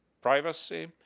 privacy